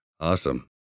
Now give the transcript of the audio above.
Awesome